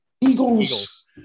Eagles